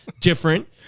different